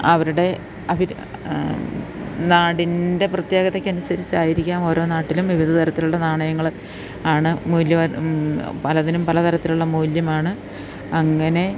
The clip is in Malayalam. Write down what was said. അവരുടെ അവര് നാടിൻ്റെ പ്രത്യേകതയ്ക്കനുസരിച്ചായിരിക്കാം ഓരോ നാട്ടിലും വിവിധ തരത്തിലുള്ള നാണയങ്ങള് ആണ് മൂല്യ പലതിനും പലതരത്തിലുള്ള മൂല്യമാണ് അങ്ങനെ